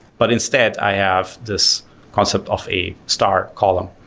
but instead, i have this concept of a star column,